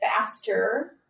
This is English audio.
faster